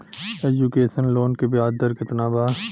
Education loan के ब्याज दर केतना बा?